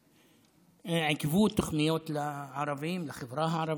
שעיכבו תוכניות לערבים, לחברה הערבית.